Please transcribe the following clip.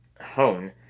hone